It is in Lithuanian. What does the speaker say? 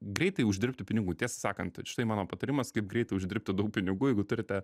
greitai uždirbti pinigų tiesą sakant štai mano patarimas kaip greitai uždirbti daug pinigų jeigu turite